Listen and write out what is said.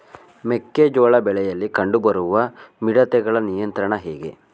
ಮೆಕ್ಕೆ ಜೋಳ ಬೆಳೆಯಲ್ಲಿ ಕಂಡು ಬರುವ ಮಿಡತೆಗಳ ನಿಯಂತ್ರಣ ಹೇಗೆ?